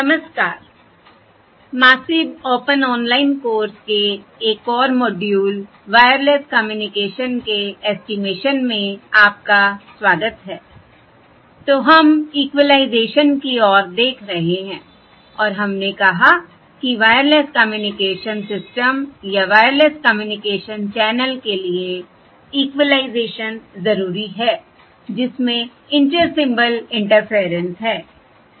नमस्कार I massive open online course के एक और मोड्यूल वायरलेस कम्युनिकेशन के ऐस्टीमेशन में आपका स्वागत है I तो हम इक्वलाइजेशन की ओर देख रहे हैं और हमने कहा कि वायरलेस कम्युनिकेशन सिस्टम या वायरलेस कम्युनिकेशन चैनल के लिए इक्वलाइजेशन जरूरी है जिसमें इंटर सिंबल इंटरफेयरेंस है सही है